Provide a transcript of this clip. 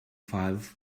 five